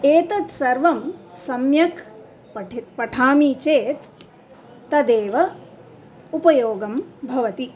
एतत्सर्वं सम्यक् पठि पठामि चेत् तदेव उपयोगं भवति